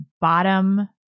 bottom